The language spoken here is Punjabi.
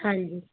ਹਾਂਜੀ